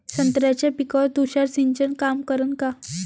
संत्र्याच्या पिकावर तुषार सिंचन काम करन का?